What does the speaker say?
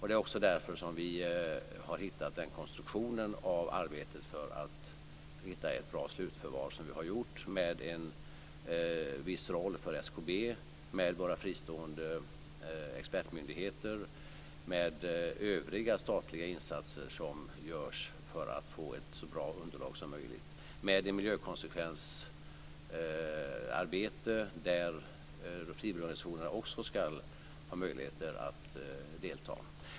Det är också därför som vi har hittat den här konstruktionen av arbetet med att hitta en bra slutförvaring, med en viss roll för SKB, med några fristående expertmyndigheter, med övriga statliga insatser som görs för att man ska få ett så bra underlag som möjligt och med det miljökonsekvensarbete som frivilligorganisationerna också ska ha möjligheter att delta i.